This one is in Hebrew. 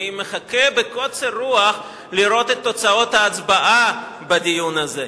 אני מחכה בקוצר רוח לראות את תוצאות ההצבעה בדיון הזה.